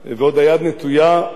ברוך השם, רובם,